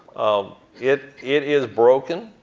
um it it is broken.